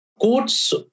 Courts